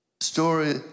story